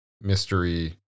mystery